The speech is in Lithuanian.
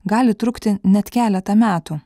gali trukti net keletą metų